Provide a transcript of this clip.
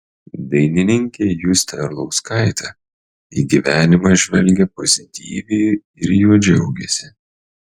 dainininkė justė arlauskaitė į gyvenimą žvelgia pozityviai ir juo džiaugiasi